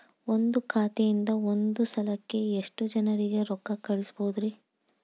ಒಂದ್ ಖಾತೆಯಿಂದ, ಒಂದ್ ಸಲಕ್ಕ ಎಷ್ಟ ಜನರಿಗೆ ರೊಕ್ಕ ಕಳಸಬಹುದ್ರಿ?